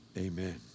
amen